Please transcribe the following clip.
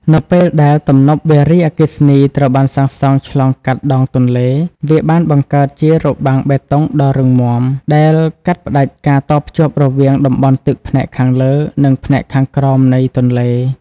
នៅពេលដែលទំនប់វារីអគ្គិសនីត្រូវបានសាងសង់ឆ្លងកាត់ដងទន្លេ វាបានបង្កើតជា របាំងបេតុងដ៏រឹងមាំ ដែលកាត់ផ្តាច់ការតភ្ជាប់រវាងតំបន់ទឹកផ្នែកខាងលើ និងផ្នែកខាងក្រោមនៃទន្លេ។